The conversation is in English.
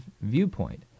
viewpoint